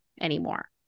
anymore